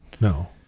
No